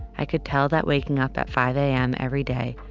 i could tell that waking up at five a m. everyday,